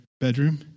bedroom